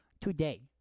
today